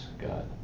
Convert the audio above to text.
God